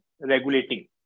regulating